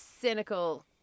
cynical